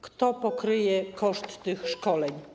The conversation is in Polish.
Kto pokryje koszt tych szkoleń?